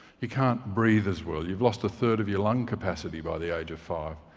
you can't breathe as well. you've lost a third of your lung capacity by the age of five.